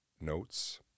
notes